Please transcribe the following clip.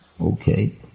Okay